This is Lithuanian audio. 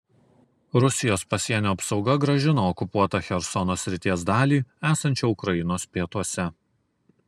rusijos pasienio apsauga grąžino okupuotą chersono srities dalį esančią ukrainos pietuose